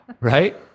Right